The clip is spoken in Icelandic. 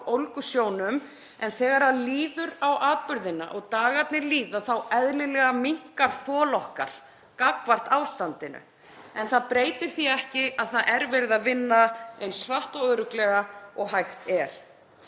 ólgusjónum, en þegar líður á atburðinn og dagarnir líða þá minnkar eðlilega þol okkar gagnvart ástandinu. En það breytir því ekki að það er verið að vinna eins hratt og örugglega og hægt er.